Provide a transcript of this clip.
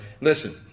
listen